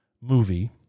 movie